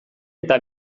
eta